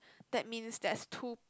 that means there's two